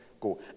go